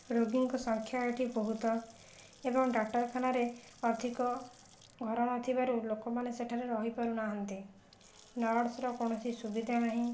ରୋଗୀଙ୍କ ସଂଖ୍ୟା ଏଠି ବହୁତ ଏବଂ ଡାକ୍ଟରଖାନାରେ ଅଧିକ ଘର ନଥିବାରୁ ଲୋକମାନେ ସେଠାରେ ରହି ପାରୁନାହାନ୍ତି ନର୍ସର କୌଣସି ସୁବିଧା ନାହିଁ